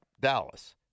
Dallas